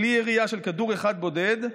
בלי ירייה של כדור אחד בודד,